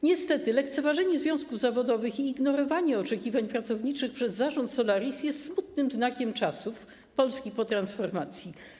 Niestety lekceważenie związków zawodowych i ignorowanie oczekiwań pracowniczych przez zarząd Solarisa jest smutnym znakiem czasów i Polski po transformacji.